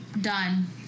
Done